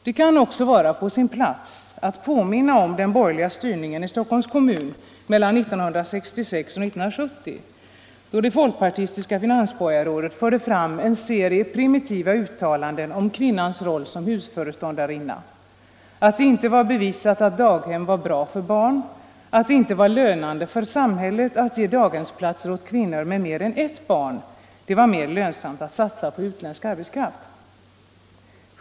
Det kan också vara på sin plats att påminna om den borgerliga styrningen i Stockholms kommun mellan 1966 och 1970, då det folkpartistiska finansborgarrådet gjorde en serie primitiva uttalanden om kvinnans roll som husföreståndarinna, att det inte var bevisat att daghem var bra för barn, att det inte var lönande för samhället att ge daghemsplatser åt kvinnor med mer än ett barn — det var lönsamt att satsa på utländsk arbetskraft.